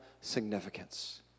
significance